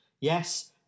Yes